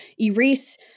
erase